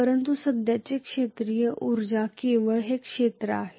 परंतु सध्याची क्षेत्रीय उर्जा केवळ हे क्षेत्र आहे